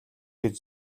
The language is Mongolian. гэж